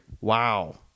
Wow